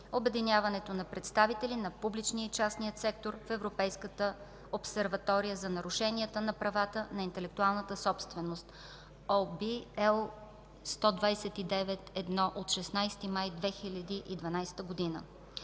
обединяването на представители на публичния и частния сектор в Европейска обсерватория за нарушенията на правата на интелектуална собственост (ОВ, L 129/1 от 16 май 2012 г.).